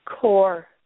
core